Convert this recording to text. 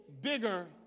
bigger